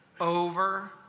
over